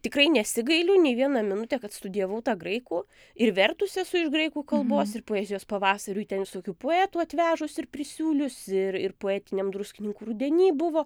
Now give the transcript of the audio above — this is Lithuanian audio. tikrai nesigailiu nei vieną minutę kad studijavau tą graikų ir vertus esu iš graikų kalbos ir poezijos pavasariui ten visokių poetų atvežus ir prisiūlius ir ir poetiniam druskininkų rudeny buvo